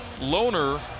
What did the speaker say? Loner